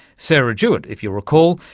sarah jewitt, if you'll recall,